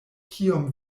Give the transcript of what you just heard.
kiom